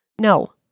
No